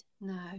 No